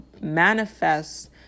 manifest